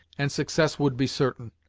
and success would be certain.